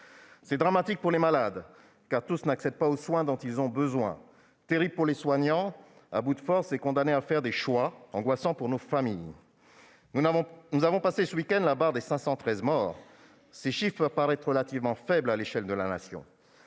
C'est dramatique pour les malades, car tous n'accèdent pas aux soins dont ils ont besoin ; c'est terrible pour les soignants, qui sont à bout de forces et condamnés à faire des choix angoissants pour nos familles. Nous avons passé ce week-end la barre des 513 morts. Ces chiffres peuvent paraître relativement faibles à l'échelle de la Nation.